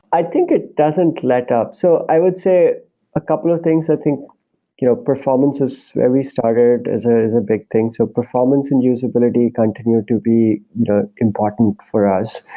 i think it doesn't let up. so i would say a couple of things. i think you know performance is where we started is ah is a big thing. so performance and usability continued to be important for us.